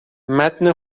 متن